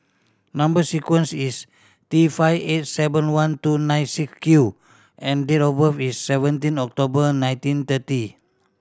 number sequence is T five eight seven one two nine six Q and date of birth is seventeen October nineteen thirty